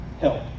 help